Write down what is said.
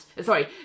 sorry